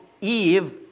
Eve